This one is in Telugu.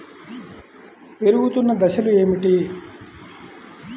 పెరుగుతున్న దశలు ఏమిటి?